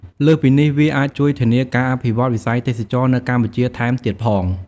លើសពីនេះ វាអាចជួយធានាការអភិវឌ្ឍវិស័យទេសចរណ៍នៅកម្ពុជាថែមទៀតផង។